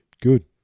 Good